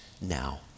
now